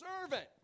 servant